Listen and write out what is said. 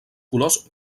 colors